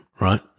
right